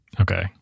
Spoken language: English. Okay